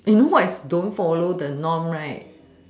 you know what is don't follow the norm right